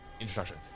introduction